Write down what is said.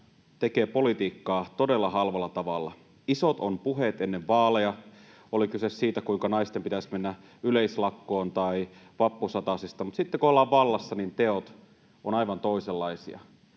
tekevät politiikkaa todella halvalla tavalla. Isot ovat puheet ennen vaaleja, oli kyse siitä, kuinka naisten pitäisi mennä yleislakkoon tai vappusatasesta, mutta sitten kun ollaan vallassa, niin teot ovat aivan toisenlaisia.